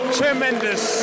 tremendous